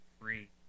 free